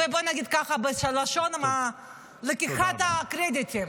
ובוא נגיד ככה, בלשון לקיחת הקרדיטים.